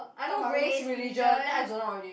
I know race religion then I zone out already